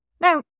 Now